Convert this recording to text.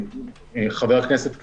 חבר הכנסת כסיף,